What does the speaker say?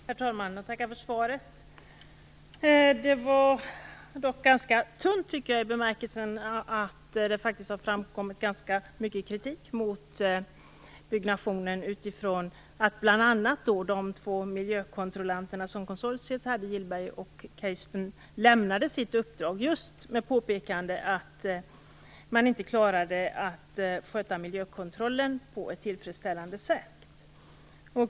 Herr talman! Jag tackar för svaret. Jag tycker dock att det var ganska tunt i den bemärkelsen att det faktiskt har framkommit ganska mycket kritik mot byggnationen. Bl.a. lämnade de två miljökontrollanter som konsortiet hade, Gillberg och Carstens, sina uppdrag just med påpekande att man inte klarade att genomföra miljökontrollen på ett tillfredsställande sätt.